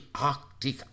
Arctic